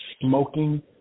Smoking